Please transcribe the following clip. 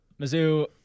Mizzou